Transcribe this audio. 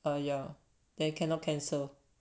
uh yeah there cannot cancel